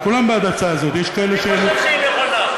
וכולנו בעד ההצעה הזאת --- אני גם חושב שהיא נכונה,